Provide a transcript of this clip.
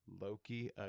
Loki